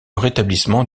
rétablissement